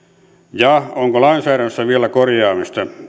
ja onko lainsäädännössä vielä korjaamista